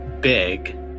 big